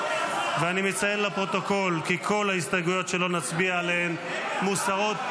ואני מציין לפרוטוקול כי כל ההסתייגויות שלא נצביע עליהן מוסרות.